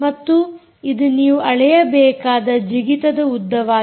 ಮತ್ತು ಇದು ನೀವು ಅಳೆಯಬೇಕಾದ ಜಿಗಿತದ ಉದ್ದವಾಗಿದೆ